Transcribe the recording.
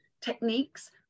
techniques